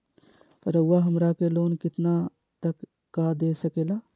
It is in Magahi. रउरा हमरा के लोन कितना तक का दे सकेला?